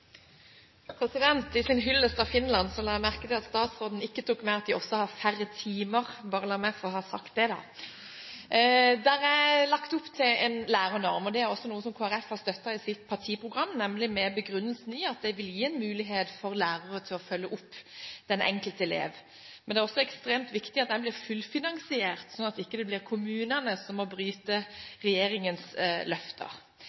la merke til at statsråden i sin hyllest av Finland ikke tok med at de også har færre timer – la meg bare ha sagt det. Det er lagt opp til en lærernorm. Det er noe som også Kristelig Folkeparti har støttet i sitt partiprogram, med den begrunnelsen at det vil gi en mulighet for lærere til å følge opp den enkelte elev. Men det er også ekstremt viktig at den blir fullfinansiert, slik at det ikke blir kommunene som må bryte regjeringens løfter.